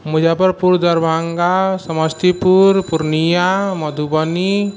Muzaffarpur Darbhanga Samastipur Purnia Madhubani